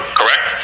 correct